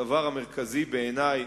הדבר המרכזי בעיני,